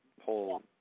whole